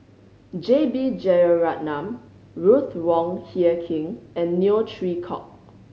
J B Jeyaretnam Ruth Wong Hie King and Neo Chwee Kok